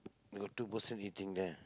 they got two person eating there